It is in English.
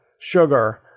Sugar